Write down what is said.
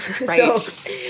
right